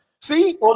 See